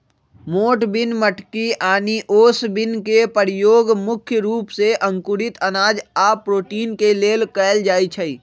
मोठ बिन मटकी आनि ओस बिन के परयोग मुख्य रूप से अंकुरित अनाज आ प्रोटीन के लेल कएल जाई छई